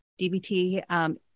DBT